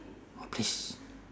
what place